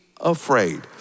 afraid